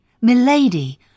Milady